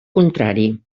contrari